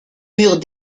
murs